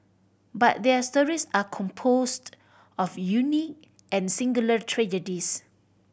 but their stories are composed of unique and singular tragedies